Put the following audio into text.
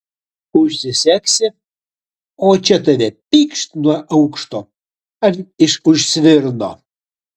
užsisegsi o čia tave pykšt nuo aukšto ar iš už svirno